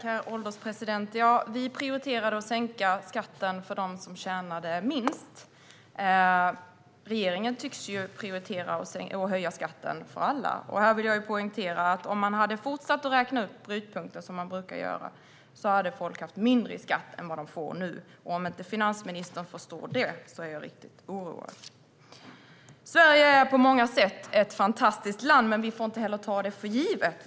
Herr ålderspresident! Ja, vi prioriterade att sänka skatten för dem som tjänade minst. Regeringen tycks prioritera att höja skatten för alla. Här vill jag poängtera att om man hade fortsatt att räkna upp brytpunkten, som man brukar göra, hade folk haft mindre i skatt än vad de får nu. Om inte finansministern förstår det är jag riktigt oroad. Sverige är på många sätt ett fantastiskt land, men vi får inte ta det för givet.